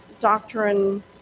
doctrine